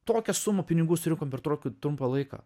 tokią sumą pinigų surinkom per tokį trumpą laiką